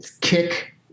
kick